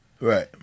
Right